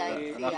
שהוועדה הציעה.